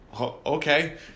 okay